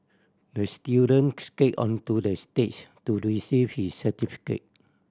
the student skated onto the stage to receive his certificate